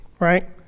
Right